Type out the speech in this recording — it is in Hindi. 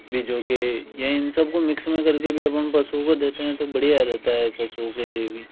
बीजों के या इन सब को मिक्स में करके भी अपन पशुओं को देते हैं तो बढ़िया रहता हैं पशुओं के लिए भी